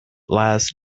last